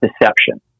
Deception